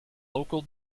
local